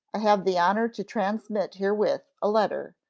i have the honor to transmit herewith a letter,